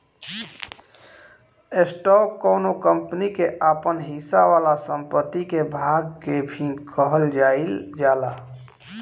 stock कौनो company के आपन हिस्सा वाला संपत्ति के भाग के भी कहल जाइल जाला